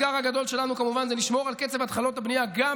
והאתגר הגדול שלנו כמובן זה לשמור על קצב התחלות הבנייה גם